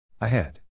ahead